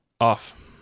Off